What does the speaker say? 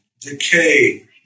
decay